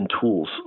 tools